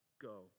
go